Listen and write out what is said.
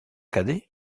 cadet